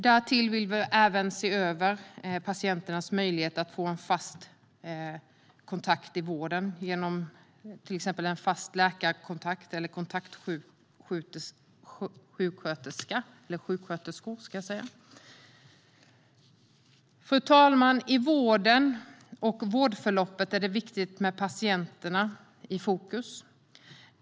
Därtill vill vi se över patienternas möjligheter att få en fast kontakt i vården genom exempelvis fast läkarkontakt eller kontaktsjuksköterskor. Fru talman! I vården och vårdförloppet är det viktigt med patienterna i fokus.